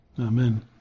Amen